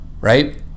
right